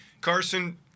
Carson